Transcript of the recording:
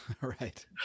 Right